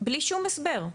בלי שום הסבר.